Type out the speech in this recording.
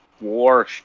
war